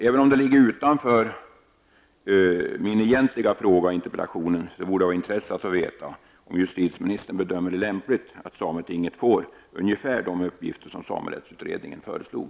Även om det ligger utanför min egentliga fråga i interpellationen vore det av intresse att få veta om justitieministern bedömer det lämpligt att sametinget får ungefär de uppgifter som samerättsutredningen föreslog.